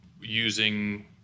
using